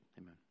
Amen